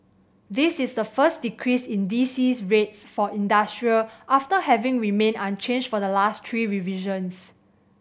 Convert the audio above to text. this is the first decrease in D C rates for industrial after having remained unchanged for the last three revisions